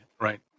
Right